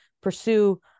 pursue